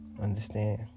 Understand